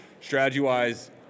strategy-wise